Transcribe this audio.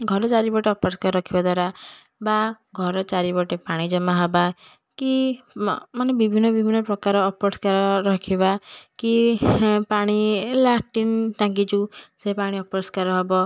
ଘର ଚାରିପଟ ଅପରିଷ୍କାର ରଖିବା ଦ୍ୱାରା ବା ଘର ଚାରିପଟେ ପାଣି ଜମା ହେବା କି ମ ମାନେ ବିଭିନ୍ନ ବିଭିନ୍ନ ପ୍ରକାର ଅପରିଷ୍କାର ରଖିବା କି ହେଁ ପାଣି ଲାଟ୍ରିନ୍ ଟାଙ୍କି ଯେଉଁ ସେ ପାଣି ଅପରିଷ୍କାର ହେବ